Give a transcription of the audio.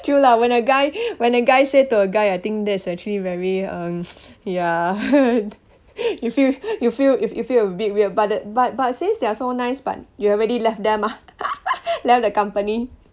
true [la] when a guy when a guy say to a guy I think that is actually very um ya you feel you feel if you feel a bit weird but it but but since they are so nice but you have already left them ah left the company